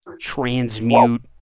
transmute